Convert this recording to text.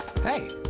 Hey